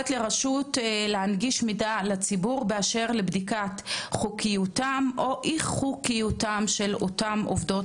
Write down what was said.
לתת לנו סקירה בדבר האתגרים בהעסקת עובדות